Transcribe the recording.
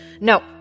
No